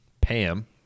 Pam